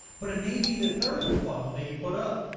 but it may be the third funnel that you put up.